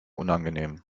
unangenehm